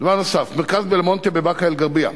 מרכז מעבדות נוער על-שם בלמונטה בבאקה-אל-ע'רביה,